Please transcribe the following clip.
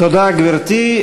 תודה, גברתי.